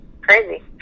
crazy